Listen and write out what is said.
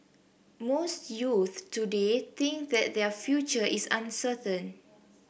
most youths today think that their future is uncertain